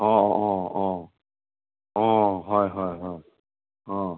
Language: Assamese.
অ অ অ অ হয় হয় হয় অ